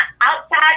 outside